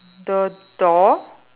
the door